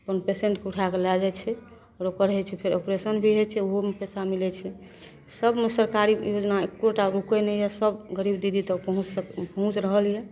अपन पेशेन्टके उठैके लै जाइ छै प्रॉपर होइ छै फेर ऑपरेशन भी होइ छै ओहोमे पइसा मिलै छै सबमे सरकारी योजना एक्कोटा रुकै नहि यऽ सभ गरीब दीदी तक पहुँचसे पहुँचि रहल यऽ